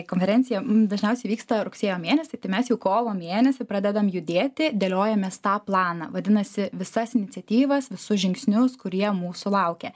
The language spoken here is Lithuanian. konferencija dažniausiai vyksta rugsėjo mėnesį tai mes jau kovo mėnesį pradedam judėti dėliojamės tą planą vadinasi visas iniciatyvas visus žingsnius kurie mūsų laukia